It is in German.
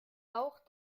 auch